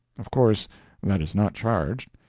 of course that is not charged.